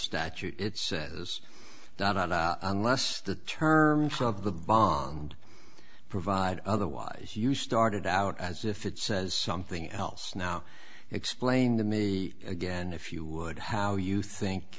statute it says not unless the terms of the bond provide otherwise you started out as if it says so thing else now explain the again if you would how you think